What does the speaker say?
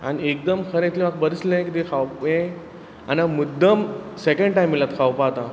आनी एकदम खरें इतलें म्हाका बरें दिसलें तुगे खावपा हें आनी हांव मुद्दम सेकँड टायम येयला खावपा आतां